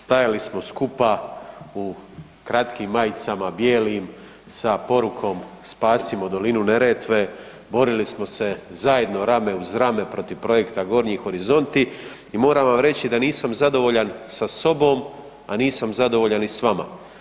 Stajali smo skupa u kratkim majicama bijelim sa porukom „Spasimo dolinu Neretve“, borili smo se zajedno rame uz rame protiv projekta Gornji horizonti i moram vam reći da nisam zadovoljan sa sobom, a nisam zadovoljan ni s vama.